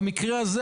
במקרה הזה,